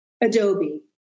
Adobe